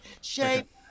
shape